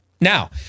Now